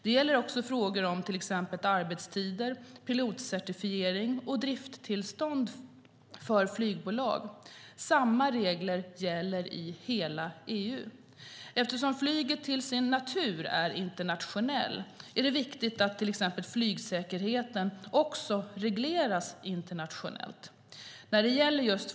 Det gäller också frågor om till exempel arbetstider, pilotcertifiering och drifttillstånd för flygbolag. Samma regler gäller i hela EU. Eftersom flyget till sin natur är internationellt är det viktigt att till exempel flygsäkerheten också regleras internationellt.